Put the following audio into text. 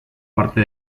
parte